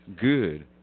good